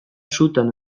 sutan